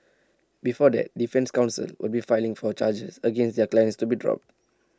before that defence counsels will be filing for charges against their clients to be dropped